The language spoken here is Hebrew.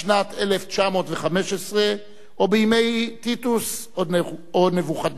בשנת 1915, או בימי טיטוס או נבוכדנצר?